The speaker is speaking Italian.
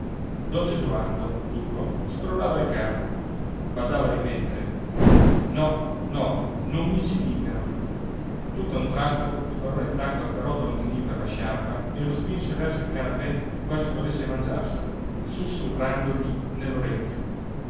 don gesualdo duro scrollava il capo badava a ripetere no no non mi ci pigliano tutt'a un tratto il barone zacco afferrò don ninì per la sciarpa e lo spinse verso il canapè quasi volesse mangiarselo sussurrandogli nell'orecchio